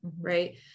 Right